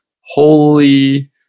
holy